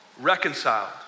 Reconciled